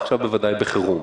עכשיו בוודאי בחירום.